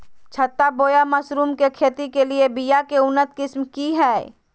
छत्ता बोया मशरूम के खेती के लिए बिया के उन्नत किस्म की हैं?